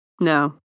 No